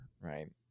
right